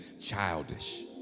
childish